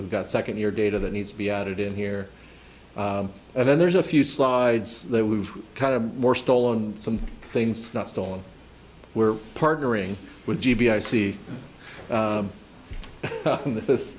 we've got second year data that needs to be added in here and then there's a few slides that we've kind of more stolen some things not stolen we're partnering with g b i see this